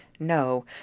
No